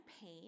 pain